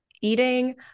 eating